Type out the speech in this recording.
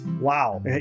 wow